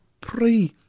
pray